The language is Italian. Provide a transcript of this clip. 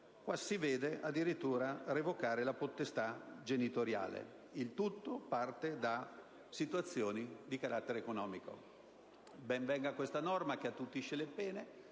può vedere addirittura revocare la potestà genitoriale. Il tutto parte da situazioni di carattere economico. Ben venga questa normativa che attutisce le pene,